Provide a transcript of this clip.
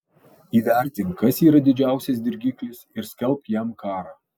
įvertink kas yra didžiausias dirgiklis ir skelbk jam karą